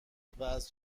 واز